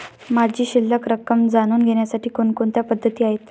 माझी शिल्लक रक्कम जाणून घेण्यासाठी कोणकोणत्या पद्धती आहेत?